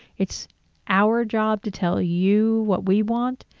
it's our job to tell you what we want,